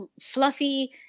fluffy